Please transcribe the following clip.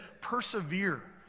persevere